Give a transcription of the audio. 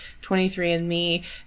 23andMe